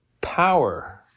power